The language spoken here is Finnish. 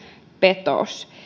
petos ja